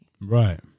right